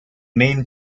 main